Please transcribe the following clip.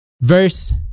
Verse